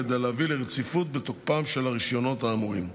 כדי להביא לרציפות בתוקפם של הרישיונות האמורים.